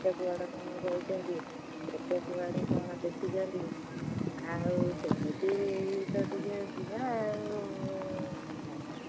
କେତେ କୁଆଡ଼େ କ'ଣ ଯାଇଛନ୍ତି କେତେ କୁଆଡ଼େ କ'ଣ ଦେଖିଛନ୍ତି ଆଉ ସେମିତି ତ ଟିକିଏ ଯିବା ଆଉ କହନ୍ତୁ